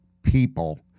people